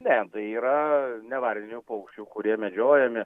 ne tai yra ne varninių paukščių kurie medžiojami